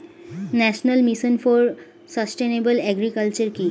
National mission for sustainable agriculture কি?